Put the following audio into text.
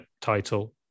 title